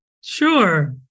Sure